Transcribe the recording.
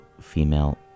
female